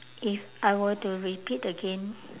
if I were to repeat again